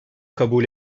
kabul